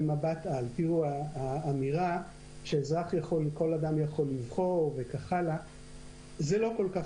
במבט על: האמירה שאזרח יכול לבחור זה לא כל כך